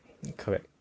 correct